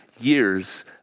years